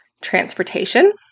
transportation